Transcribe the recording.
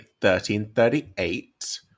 1338